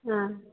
ആ